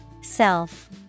Self